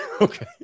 okay